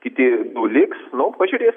kiti du liks nu pažiūrėsim